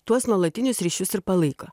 tuos nuolatinius ryšius ir palaiko